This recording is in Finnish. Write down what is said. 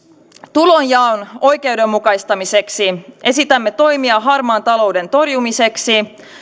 tulonjaon oikeudenmukaistamiseksi esitämme toimia harmaan talouden torjumiseksi